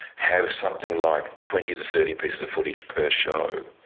have something like twenty to thirty pieces of footage per show,